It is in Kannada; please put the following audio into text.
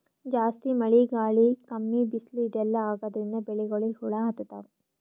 ಜಾಸ್ತಿ ಮಳಿ ಗಾಳಿ ಕಮ್ಮಿ ಬಿಸ್ಲ್ ಇದೆಲ್ಲಾ ಆಗಾದ್ರಿಂದ್ ಬೆಳಿಗೊಳಿಗ್ ಹುಳಾ ಹತ್ತತಾವ್